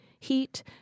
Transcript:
Heat